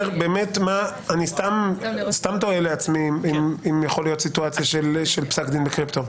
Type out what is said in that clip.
אני סתם תוהה לעצמי אם יכולה להיות סיטואציה של פסק דין בקריפטו.